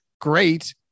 great